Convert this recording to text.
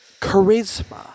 charisma